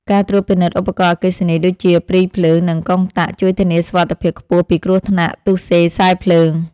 ការត្រួតពិនិត្យឧបករណ៍អគ្គិសនីដូចជាព្រីភ្លើងនិងកុងតាក់ជួយធានាសុវត្ថិភាពខ្ពស់ពីគ្រោះថ្នាក់ទុស្សេខ្សែភ្លើង។